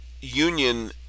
union